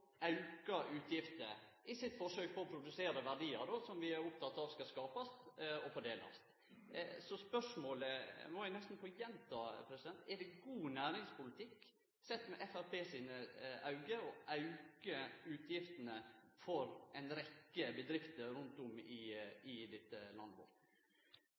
auka utgifter i sitt forsøk på å produsere verdiar som vi er opptekne av skal skapast og fordelast. Så spørsmålet må eg nesten få gjenta: Er det god næringspolitikk, sett med Framstegspartiet sine auge, å auke utgiftene for ei rekke bedrifter rundt om i